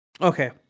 okay